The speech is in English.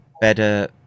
better